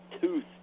tooth